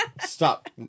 Stop